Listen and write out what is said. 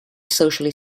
socially